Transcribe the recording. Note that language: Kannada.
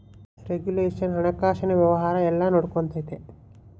ರೆಗುಲೇಷನ್ ಹಣಕಾಸಿನ ವ್ಯವಹಾರ ಎಲ್ಲ ನೊಡ್ಕೆಂತತೆ